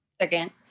second